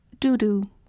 Doodoo